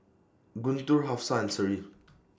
Guntur Hafsa and Seri